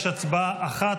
יש הצבעה אחת,